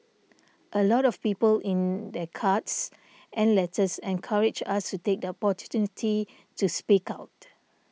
a lot of people in their cards and letters encouraged us to take the opportunity to speak out